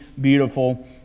beautiful